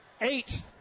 eight